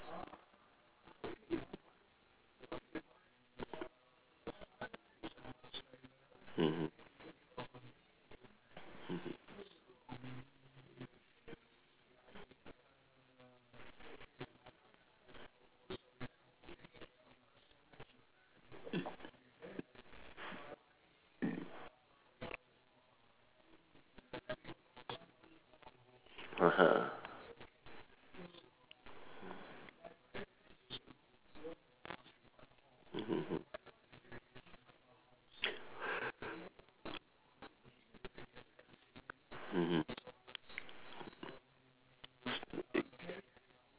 mmhmm (uh huh) mmhmm mmhmm